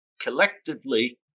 collectively